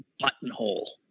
buttonhole